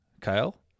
Kyle